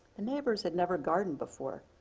neighbors had never gardened before.